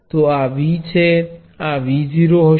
આ V0હશે